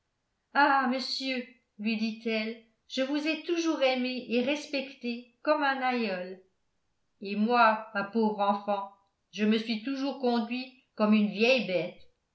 ah monsieur lui dit-elle je vous ai toujours aimé et respecté comme un aïeul et moi ma pauvre enfant je me suis toujours conduit comme une vieille bête